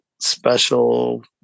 special